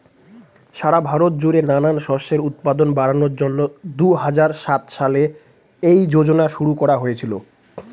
সারা ভারত জুড়ে নানান শস্যের উৎপাদন বাড়ানোর জন্যে দুহাজার সাত সালে এই যোজনা শুরু করা হয়েছিল